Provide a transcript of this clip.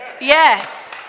Yes